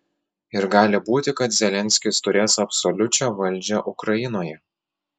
ir gali būti kad zelenskis turės absoliučią valdžią ukrainoje